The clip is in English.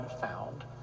found